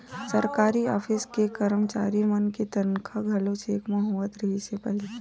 सरकारी ऑफिस के करमचारी मन के तनखा घलो चेक म होवत रिहिस हे पहिली